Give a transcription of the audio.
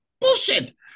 bullshit